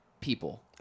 people